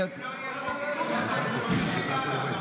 לא אמרנו את זה.